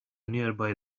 nearby